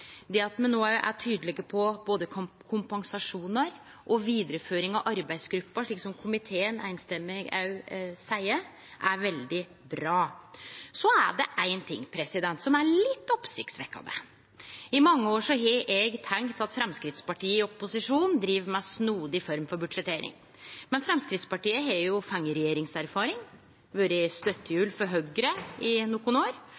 Det at me no er tydelege på både kompensasjonar og vidareføring av arbeidsgruppa, slik som komiteen òg einstemmig seier, er veldig bra. Så er det ein ting som er litt oppsiktsvekkjande. I mange år har eg tenkt at Framstegspartiet i opposisjon driv med ei snodig form for budsjettering, men Framstegspartiet har jo fått regjeringserfaring, vore støttehjul for Høgre i nokre år